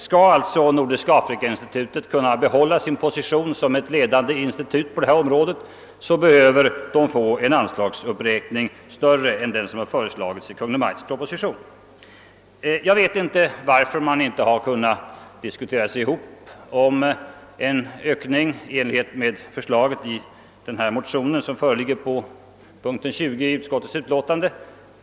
Om Nordiska afrikainstitutet skall kunna behålla sin position som ett ledande institut på detta område behövs det en anslagsuppräkning större än den som föreslås i Kungl. Maj:ts proposition. Jag vet inte varför man inte inom utskottet kunnat enas om en ökning i enlighet med förslaget i den motion jag nämnt.